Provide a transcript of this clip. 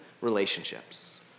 relationships